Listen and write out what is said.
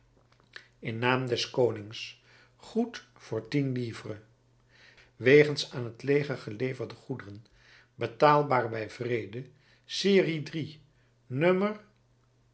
in naam des konings goed voor tien livres wegens aan het leger geleverde goederen betaalbaar bij den vrede serie